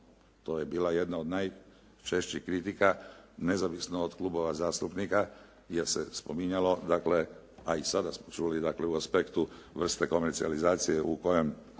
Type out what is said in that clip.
To je bila jedna od najčešćih kritika nezavisno od klubova zastupnika gdje se spominjalo dakle a i sada smo čuli dakle u aspektu vrste komercijalizacije u kojem